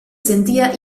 sentía